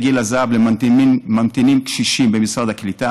גיל הזהב לממתינים קשישים במשרד הקליטה.